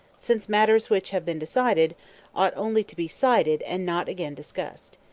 since matters which have been decided ought only to be cited and not again discussed.